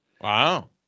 Wow